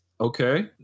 Okay